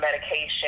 medication